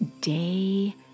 day